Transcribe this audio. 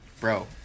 Bro